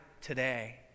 today